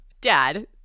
Dad